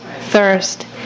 thirst